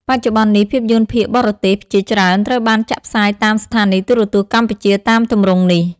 បច្ចុប្បន្ននេះ ភាពយន្តភាគបរទេសជាច្រើនត្រូវបានចាក់ផ្សាយតាមស្ថានីយ៍ទូរទស្សន៍កម្ពុជាតាមទម្រង់នេះ។